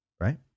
right